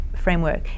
framework